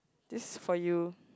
this for you